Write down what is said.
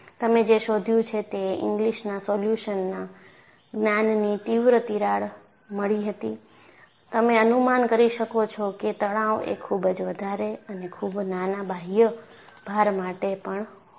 તમે જે શોધ્યું છે તે ઇંગ્લિસના સોલ્યુશનના જ્ઞાનથી તીવ્ર તિરાડ મળી હતી તમે અનુમાન કરી શકો છો કે તણાવ એ ખૂબ જ વધારે અને ખૂબ નાના બાહ્ય ભાર માટે પણ હોય છે